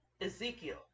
Ezekiel